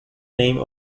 name